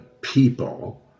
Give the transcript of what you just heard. people